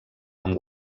amb